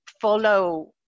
follow